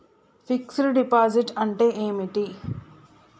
Fix డ్ deposit అంటే ఏమిటి?